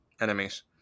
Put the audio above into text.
enemies